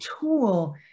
tool